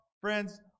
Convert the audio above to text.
friends